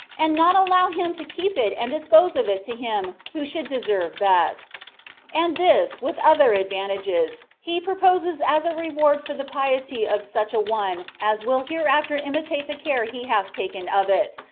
and not allow him to keep it and dispose of it to him who should deserve best and this, with other advantages, he proposes as a reward for the piety of such a one as will hereafter imitate the care he hath taken of it,